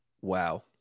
Wow